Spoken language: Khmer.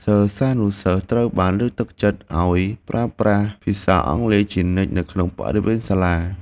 សិស្សានុសិស្សត្រូវបានលើកទឹកចិត្តឱ្យប្រើប្រាស់ភាសាអង់គ្លេសជានិច្ចនៅក្នុងបរិវេណសាលា។